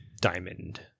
diamond